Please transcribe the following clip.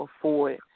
afford